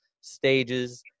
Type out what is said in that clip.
stages